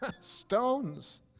Stones